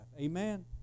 amen